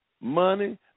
Money